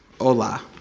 Hola